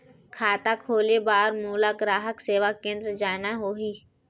खाता खोले बार मोला ग्राहक सेवा केंद्र जाना होही?